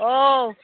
औ